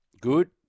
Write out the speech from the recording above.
Good